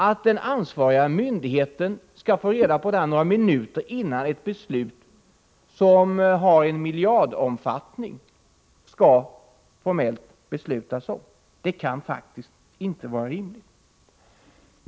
Det kan faktiskt inte vara rimligt att den ansvariga myndigheten några minuter innan det formella beslutet skall fattas får reda på att utfästelser av miljardomfattning har gjorts.